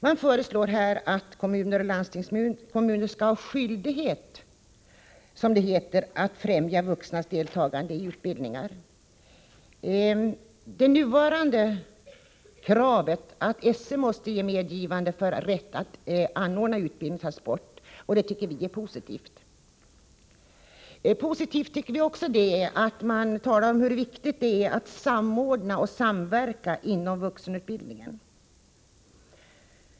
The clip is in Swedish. Man föreslår att kommuner och landstingskommuner skall ha skyldighet, som det heter, att främja vuxnas deltagande i utbildningar. Det nuvarande kravet att skolöverstyrelsen skall ge medgivande för rätt att anordna utbildning tas bort, och det tycker vi är positivt. Positivt tycker vi också att det är att man talar om hur viktigt det är att samordna och samverka inom vuxenutbildningen.